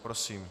Prosím.